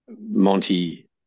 Monty